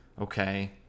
Okay